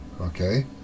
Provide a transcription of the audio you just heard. Okay